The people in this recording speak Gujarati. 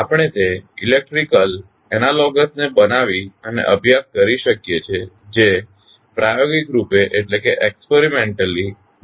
આપણે તે ઇલેક્ટ્રિકલ એનાલોગસને બનાવી અને અભ્યાસ કરી શકીએ છીએ જે પ્રાયોગિક રૂપે ડીલ કરવું ખૂબ સરળ છે